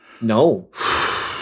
No